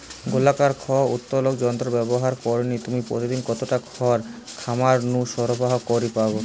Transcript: গোলাকার খড় উত্তোলক যন্ত্র ব্যবহার করিকি তুমি প্রতিদিন কতটা খড় খামার নু সরবরাহ করি পার?